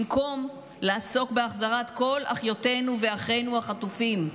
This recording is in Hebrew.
במקום לעסוק בהחזרת כל אחיותינו ואחינו החטופים,